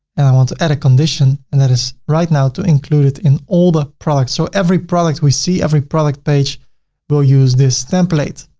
and i want to add a condition and that is right now to include it in all the products. so every product we see, every product page we'll use this template.